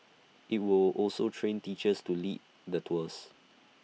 IT will also train teachers to lead the tours